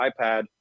iPad